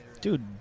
Dude